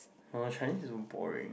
uh Chinese is so boring